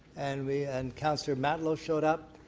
and we and councillor matlow showed up.